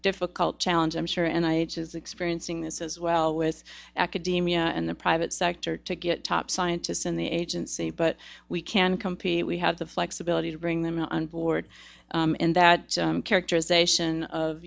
difficult challenge i'm sure and i was experiencing this as well with academia and the private sector to get top scientists in the agency but we can compete we have the flexibility to bring them on board and that characterization of